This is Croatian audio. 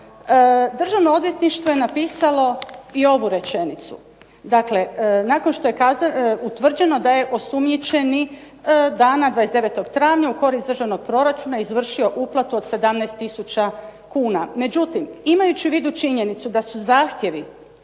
Državno odvjetništvo je napisalo i ovu rečenicu. Dakle, nakon što je utvrđeno da je osumnjičeni dana 29. travnja u korist državnog proračuna izvršio uplatu od 17000 kuna. Međutim, imajući u vidu činjenicu da su zahtjevi